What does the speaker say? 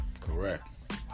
Correct